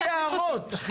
יש לי הערות.